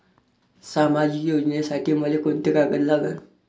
सामाजिक योजनेसाठी मले कोंते कागद लागन?